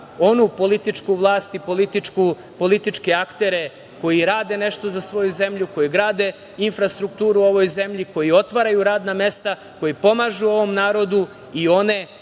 onu političku vlast i političke aktere koji rade nešto za svoju zemlju, koji grade infrastrukturu u ovoj zemlji, koji otvaraju radna mesta, koji pomažu ovom narodu i one